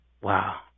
wow